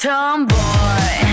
Tomboy